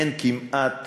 אין כמעט